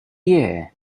year